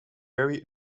very